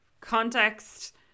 context